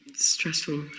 Stressful